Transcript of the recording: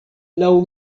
laŭ